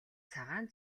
цагаан